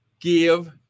give